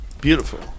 beautiful